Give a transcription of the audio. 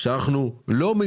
ומה שסימון מוביל